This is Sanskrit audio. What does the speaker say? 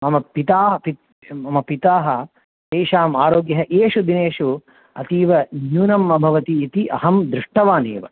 मम पिता अपि मम पिता तेषाम् आरोग्यम् एषु दिनेषु अतीव न्यूनम् अभवत् इति अहं दृष्टवानेव